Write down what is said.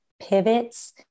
pivots